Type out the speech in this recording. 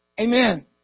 Amen